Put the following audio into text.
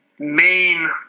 main